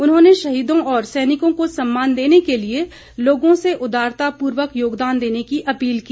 उन्होंने शहीदों और सैनिकों को सम्मान देने के लिए लोगों से उदारता पूर्वक योगदान देने की अपील की